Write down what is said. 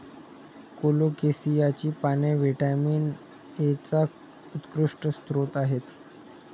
कोलोकेसियाची पाने व्हिटॅमिन एचा उत्कृष्ट स्रोत आहेत